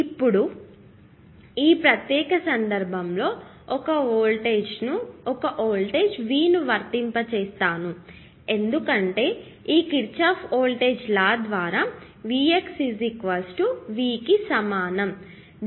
ఇప్పుడు ఈ ప్రత్యేక సందర్భంలో నేను ఒక వోల్టేజ్ V ను వర్తింప చేస్తాను ఎందుకంటే ఈ కిర్చాఫ్ వోల్టేజ్ లా ద్వారా Vx V కి సమానం